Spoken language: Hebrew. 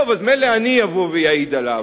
טוב, אז מילא, אני אבוא ואעיד עליו,